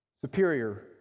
Superior